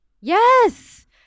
Yes